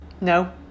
No